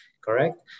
correct